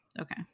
okay